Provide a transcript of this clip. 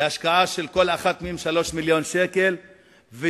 בהשקעה של 3 מיליוני ש"ח בכל רשת,